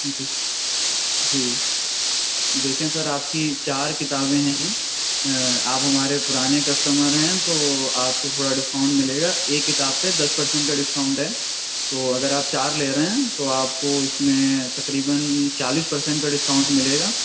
جی جی دیکھیں سر آپ کی چار کتابیں ہیں آپ ہمارے پرانے کسٹمر ہیں تو آپ کو تھوڑا ڈسکاؤنٹ ملے گا ایک کتاب پہ دس پرسینٹ کا ڈسکاؤنٹ ہے تو اگر آپ چار لے رہے ہیں تو آپ کو اِس میں تقریبآٓ چالیس پرسینٹ کا ڈسکاؤنٹ ملے گا